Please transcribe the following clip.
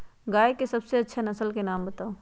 गाय के सबसे अच्छा नसल के नाम बताऊ?